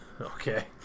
Okay